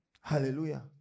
Hallelujah